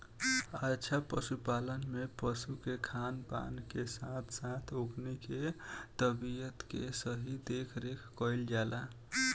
अच्छा पशुपालन में पशु के खान पान के साथ साथ ओकनी के तबियत के सही देखरेख कईल जाला